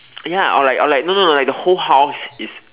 ya or like or like no no no like the whole house is